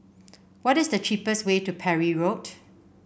what is the cheapest way to Parry Road